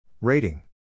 Rating